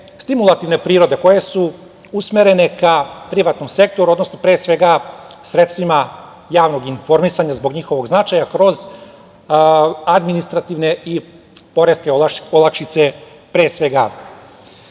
stimulativne prirode koje su usmerene ka privatnom sektoru, odnosno, pre svega sredstvima javnog informisanja, zbog njihovog značaja, kroz administrativne i poreske olakšice, pre